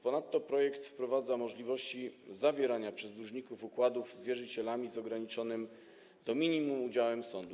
Ponadto projekt wprowadza możliwość zawierania przez dłużników układów z wierzycielami z ograniczonym do minimum udziałem sądu.